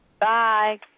Bye